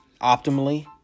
optimally